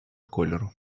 кольору